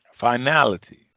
finality